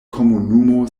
komunumo